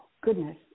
goodness